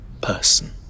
person